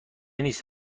نیست